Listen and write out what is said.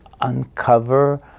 uncover